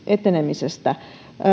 etenemisestä